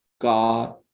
God